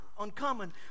uncommon